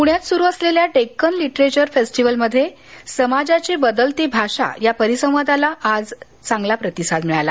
प्ण्यात सुरू असलेल्या डेक्कन लिटरेचर फेस्टिव्हलमध्ये समाजाची बदलती भाषा या परिसंवादाला आज चांगला प्रतिसाद मिळाला